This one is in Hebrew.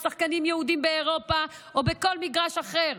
לשחקנים יהודים באירופה או בכל מגרש אחר?